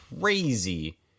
crazy